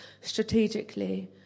strategically